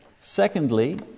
Secondly